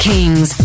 Kings